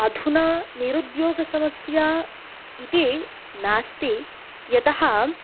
अधुना निरुद्योगसमस्या इति नास्ति यतः